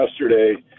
yesterday